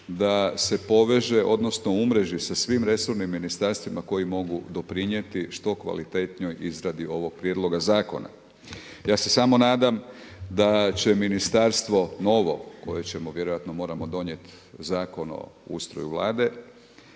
da se poveže odnosno umreži sa svim resornim ministarstvima koji mogu doprinijeti što kvalitetnijoj izradi ovog prijedloga zakona. Ja se samo nadam da će ministarstvo novo koje ćemo vjerojatno moramo donijeti Zakon o ustroju Vlade,